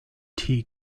tea